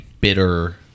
bitter